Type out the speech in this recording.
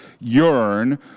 yearn